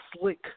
slick